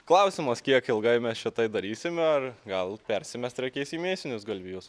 klausimas kiek ilgai mes čia tai darysime ar gal persimesti reikės į mėsinius galvijus